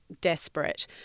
desperate